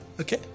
Okay